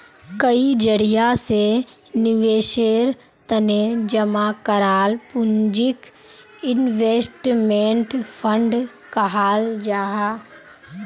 कई जरिया से निवेशेर तने जमा कराल पूंजीक इन्वेस्टमेंट फण्ड कहाल जाहां